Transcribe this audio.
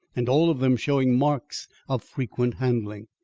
and all of them showing marks of frequent handling.